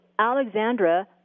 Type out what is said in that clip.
Alexandra